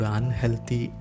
unhealthy